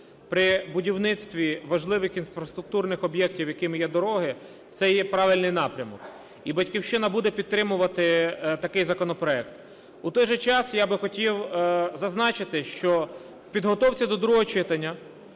при будівництві важливих інфраструктурних об'єктів, якими є дороги, це є правильний напрямок. І "Батьківщина" буде підтримувати такий законопроект. В той же час я би хотів зазначити, що в підготовці до другого читання